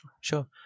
Sure